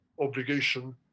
obligation